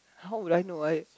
how will I know I